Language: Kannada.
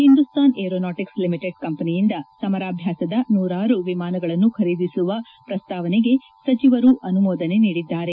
ಒಂದೂಸ್ತಾನ್ ಏರೋನಾಟಕ್ಕೆ ಲಿಮಿಟೆಡ್ ಕಂಪನಿಯಿಂದ ಸಮರಾಭ್ಯಾಸದ ನೂರಾರು ವಿಮಾನಗಳನ್ನು ಖರೀದಿಸುವ ಪ್ರಸ್ತಾವನೆಗೆ ಸಚವರು ಅನುಮೋದನೆ ನೀಡಿದ್ದಾರೆ